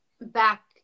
back